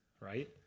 right